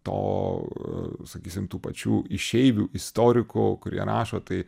to a sakysim tų pačių išeivių istorikų kurie rašo tai